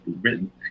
written